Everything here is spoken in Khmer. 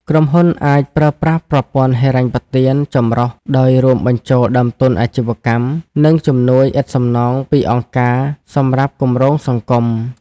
ក្រុមហ៊ុនអាចប្រើប្រាស់ប្រព័ន្ធហិរញ្ញប្បទានចម្រុះ ដោយរួមបញ្ចូលដើមទុនអាជីវកម្ម និងជំនួយឥតសំណងពីអង្គការសម្រាប់គម្រោងសង្គម។